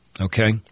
okay